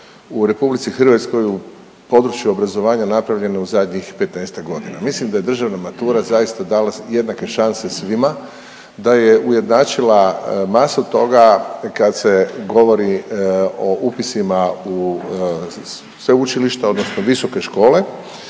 u RH u području obrazovanja napravljene u zadnjih 15-ak godina. Mislim da je državna matura zaista dala jednake šanse svima, da je ujednačila masu toga kad se govori o upisima u sveučilišta, odnosno visoke škole